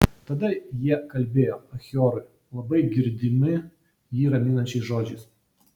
tada jie kalbėjo achiorui labai girdami jį raminančiais žodžiais